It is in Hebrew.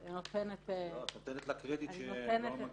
את נותנת לה קרדיט שלא מגיע לה.